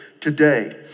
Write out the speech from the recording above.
today